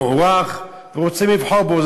מוערך ורוצים לבחור בו.